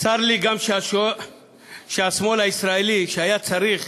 צר לי גם שהשמאל הישראלי, שהיה צריך